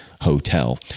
Hotel